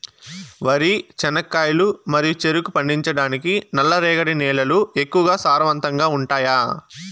వరి, చెనక్కాయలు మరియు చెరుకు పండించటానికి నల్లరేగడి నేలలు ఎక్కువగా సారవంతంగా ఉంటాయా?